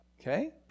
Okay